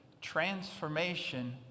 transformation